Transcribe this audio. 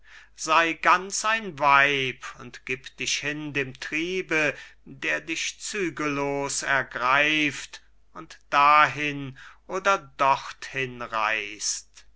sei ganz ein weib und gib dich hin dem triebe der dich zügellos ergreift und dahin oder dorthin